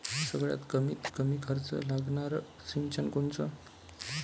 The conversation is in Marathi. सगळ्यात कमीत कमी खर्च लागनारं सिंचन कोनचं?